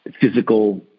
physical